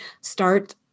start